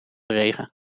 regen